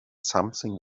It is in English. something